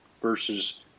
versus